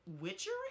Witchery